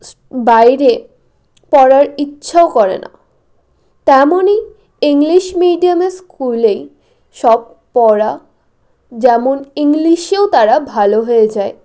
বাইরে পড়ার ইচ্ছাও করে না তেমনই ইংলিশ মিডিয়াম স্কুলে সব পড়া যেমন ইংলিশেও তারা ভালো হয়ে যায়